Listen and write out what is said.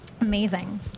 Amazing